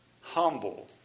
humble